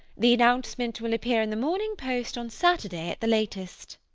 the announcement will appear in the morning post on saturday at the latest.